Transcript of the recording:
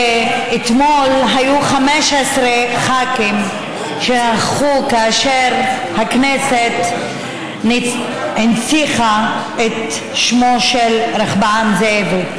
אתמול היו 15 ח"כים שהלכו כאשר הכנסת הנציחה את שמו של רחבעם זאבי.